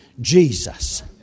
Jesus